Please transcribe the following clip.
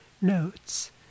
notes